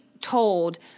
told